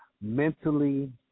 mentally